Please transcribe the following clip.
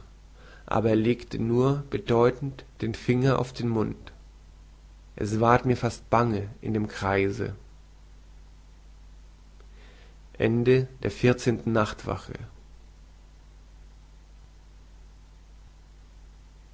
aber er legte nur bedeutend den finger auf den mund es ward mir fast bange in dem kreise funfzehnte nachtwache